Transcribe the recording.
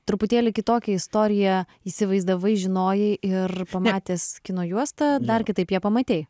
truputėlį kitokią istoriją įsivaizdavai žinojai ir pamatęs kino juostą dar kitaip ją pamatei